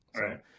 Right